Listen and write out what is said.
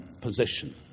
position